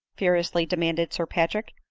furiously demanded sir patrick.